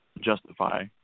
justify